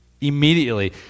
immediately